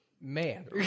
Man